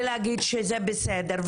ולהגיד שזה בסדר,